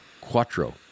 quattro